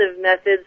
methods